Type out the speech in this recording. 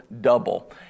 double